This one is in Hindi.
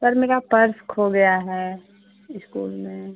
सर मेरा पर्स खो गया है इस्कूल में